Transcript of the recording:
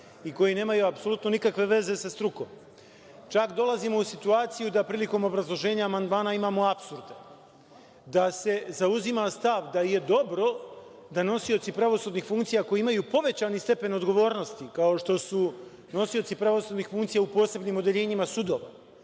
i koji nemaju apsolutno nikakve veze sa strukom. Čak dolazimo u situaciju da prilikom obrazloženja amandmana imamo apsurde da se zauzima stav da je dobro da nosioci pravosudnih funkcija koji imaju povećani stepen odgovornosti, kao što su nosioci pravosudnih funkcija u posebnim odeljenjima sudova